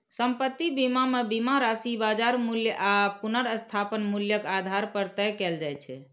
संपत्ति बीमा मे बीमा राशि बाजार मूल्य आ पुनर्स्थापन मूल्यक आधार पर तय कैल जाइ छै